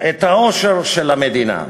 את העושר של המדינה.